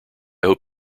hope